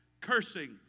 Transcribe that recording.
cursing